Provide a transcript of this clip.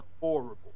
horrible